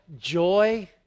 joy